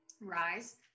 rise